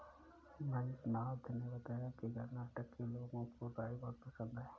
मंजुनाथ ने बताया कि कर्नाटक के लोगों को राई बहुत पसंद है